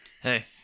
Hey